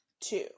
two